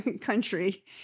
country